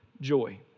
joy